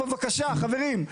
בבקשה חברים,